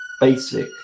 basic